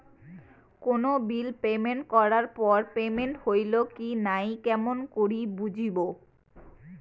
কোনো bill payment করার পর পেমেন্ট হইল কি নাই কেমন করি বুঝবো?